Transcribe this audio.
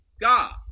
God